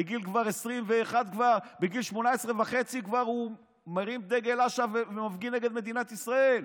בגיל 18 וחצי הוא כבר מרים דגל אש"ף ומפגין נגד מדינת ישראל.